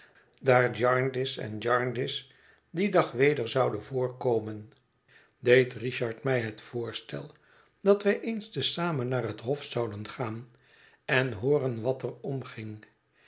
daar jarndyce en jarndyce dien dag weder zou voorkomen deed richard mij het voorstel dat wij eens te zamen naar het hof zouden gaan en hooren wat er omging